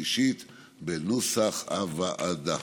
ושלישית בנוסח הוועדה.